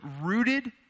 rooted